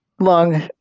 long